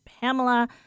Pamela